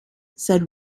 said